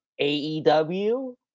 AEW